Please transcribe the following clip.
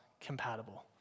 compatible